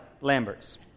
Lambert's